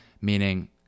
meaning